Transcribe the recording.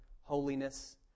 holiness